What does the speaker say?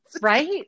Right